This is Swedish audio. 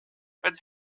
vad